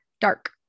Dark